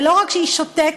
ולא רק שהיא שותקת,